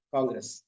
Congress